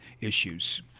issues